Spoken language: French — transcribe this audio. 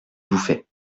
bouffay